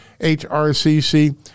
HRCC